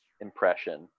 impression